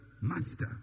Master